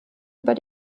über